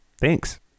Thanks